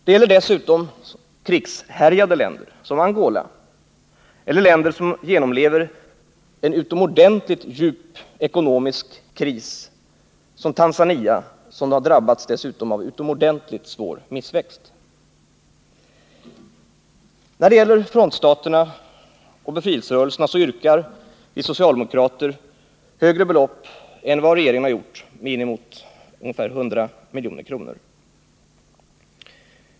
Det gäller dessutom krigshärjade länder, som Angola, eller länder som genomlever en utomordentligt djup ekonomisk kris, såsom Tanzania, som dessutom har drabbats av mycket svår missväxt. När det gäller frontstaterna och befrielserörelserna yrkar vi socialdemokrater högre belopp än vad regeringen har föreslagit, inemot 100 milj.kr.